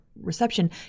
reception